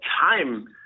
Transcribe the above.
time